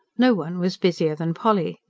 no one was busier than polly.